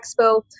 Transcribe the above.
expo